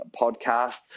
podcast